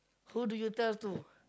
who do you tell to